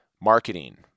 marketing